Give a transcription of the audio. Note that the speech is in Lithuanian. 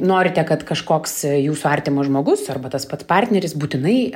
norite kad kažkoks jūsų artimas žmogus arba tas pats partneris būtinai